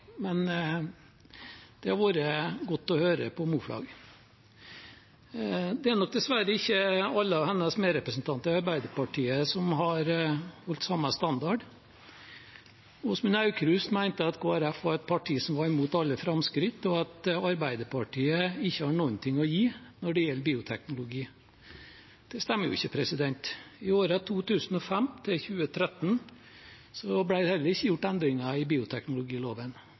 men det har vært godt å høre på Moflag. Det er nok dessverre ikke alle hennes medrepresentanter i Arbeiderpartiet som har holdt samme standard. Åsmund Aukrust mente at Kristelig Folkeparti er et parti som er imot alle framskritt, og at Arbeiderpartiet ikke har noe å gi når det gjelder bioteknologi. Det stemmer jo ikke. I årene 2005–2013 ble det heller ikke gjort endringer i bioteknologiloven.